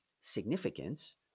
significance